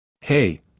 Hey